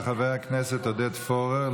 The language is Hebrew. של חבר הכנסת עודד פורר,